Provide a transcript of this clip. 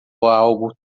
algo